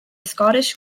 scottish